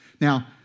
Now